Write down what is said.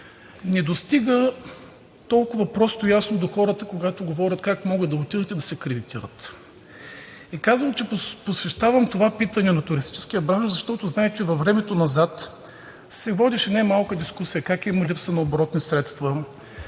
не достига толкова просто и ясно до хората, когато говорят как могат да отидат и да се кредитират. Казвам, че посвещавам това питане на туристическия бранш, защото знаем, че във времето назад се водеше немалка дискусия как има липса на оборотни средства,